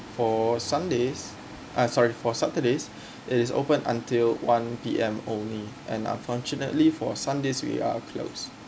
for sundays uh I'm sorry for saturdays it is open until one P_M only and unfortunately for sundays we are close